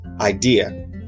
idea